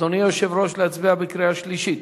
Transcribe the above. אדוני היושב-ראש, להצביע בקריאה שלישית?